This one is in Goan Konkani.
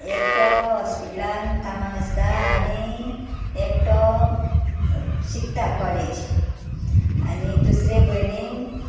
एकटो हॉस्पिटलान कामाक आसता आनी एकटो शिकता कॉलेज आनी दुसरे भयणीक